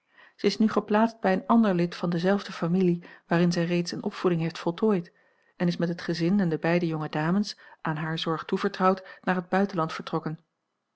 zij is nu geplaatst bij een ander lid van dezelfde familie waarin zij reeds eene opvoeding heeft voltooid en is met het gezin en de beide jonge dames aan hare zorg toevertrouwd naar het buitenland vertrokken